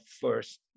first